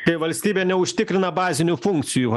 kai valstybė neužtikrina bazinių funkcijų